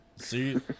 see